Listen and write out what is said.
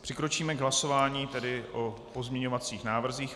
Přikročíme k hlasování o pozměňovacích návrzích.